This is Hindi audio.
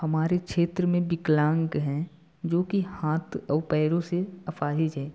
हमारे क्षेत्र में विकलांग हैं जो कि हाथ और पैरों से अपाहिज है तो